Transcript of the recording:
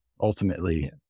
ultimately